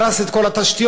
הרס את כל התשתיות,